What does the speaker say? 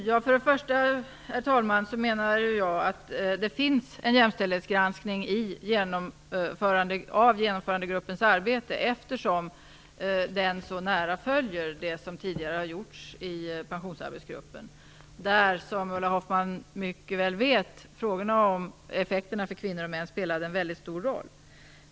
Herr talman! För det första menar jag att det gjorts en jämställdhetsgranskning av Genomförandegruppens arbete, eftersom det så nära följer det som tidigare har gjorts i Pensionsarbetsgruppen. Ulla Hoffmann vet mycket väl att frågorna om effekterna för kvinnor och män spelade en väldigt stor roll där.